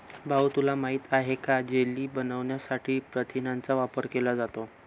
भाऊ तुला माहित आहे का जेली बनवण्यासाठी प्रथिनांचा वापर केला जातो